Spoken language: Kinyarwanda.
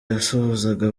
yasuhuzaga